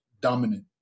dominant